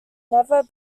never